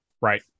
Right